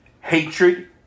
hatred